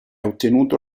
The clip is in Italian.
ottenuto